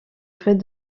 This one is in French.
frais